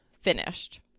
finished